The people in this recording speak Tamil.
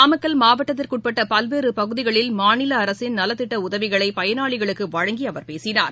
நாமக்கல் மாவட்டத்திற்குட்பட்டபல்வேறுபகுதிகளில் மாநிலஅரசின் நலத்திட்டஉதவிகளைபயனாளிகளுக்குவழங்கிஅவர் பேசினார்